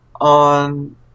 on